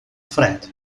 fred